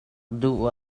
dum